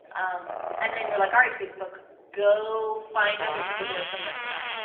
um and then you're like, all right, facebook, go find other people who are similar to that.